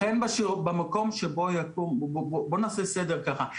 אבל לכם במקום שבו, בואו נעשה סדר ככה.